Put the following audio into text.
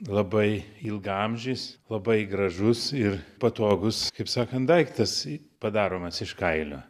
labai ilgaamžis labai gražus ir patogus kaip sakant daiktas padaromas iš kailio